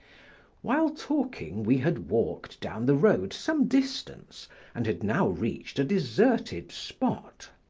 while talking, we had walked down the road some distance and had now reached a deserted spot.